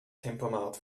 tempomat